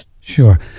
sure